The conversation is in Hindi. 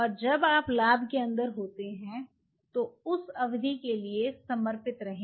और जब आप लैब के अंदर होते हैं तो उस अवधि के लिए समर्पित रहें